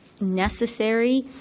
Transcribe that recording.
necessary